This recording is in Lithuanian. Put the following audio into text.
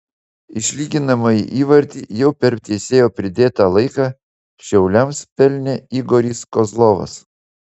išlyginamąjį įvartį jau per teisėjo pridėtą laiką šiauliams pelnė igoris kozlovas